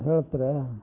ಹೇಳ್ತೀರಾ